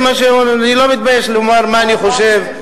אני לא מתבייש לומר מה אני חושב.